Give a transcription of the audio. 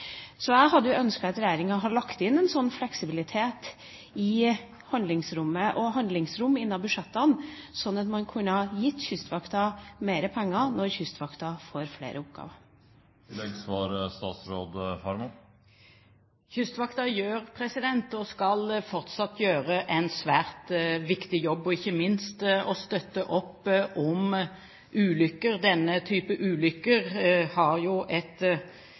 Jeg hadde ønsket at regjeringa hadde lagt inn en sånn fleksibilitet og et handlingsrom i budsjettene, så man kunne gitt Kystvakten mer penger når Kystvakten får flere oppgaver. Kystvakten gjør og skal fortsatt gjøre en svært viktig jobb. Ikke minst å støtte opp ved ulykker – denne type ulykker har jo et